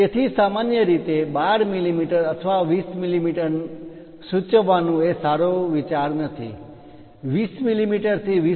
તેથી સામાન્ય રીતે 12 મીમી અથવા 20 મીમી સૂચવવાનું એ સારો વિચાર નથી 20 થી 20